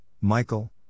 Michael